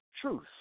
truth